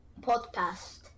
Podcast